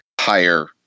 higher